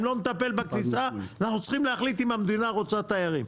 אם לא נטפל בכניסה אנחנו צריכים להחליט אם המדינה רוצה תיירים.